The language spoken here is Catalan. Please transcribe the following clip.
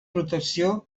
protecció